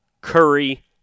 Curry